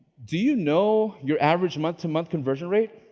do you know your average month-to-month conversion rate?